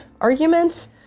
arguments